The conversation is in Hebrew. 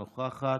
אינה נוכחת,